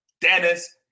Dennis